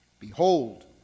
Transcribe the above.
Behold